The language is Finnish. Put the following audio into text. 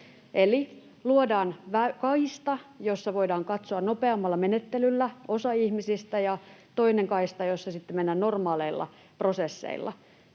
Eli luodaan kaista, jossa voidaan osa ihmisistä katsoa nopeammalla menettelyllä, ja toinen kaista, jossa sitten mennään normaaleilla prosesseilla.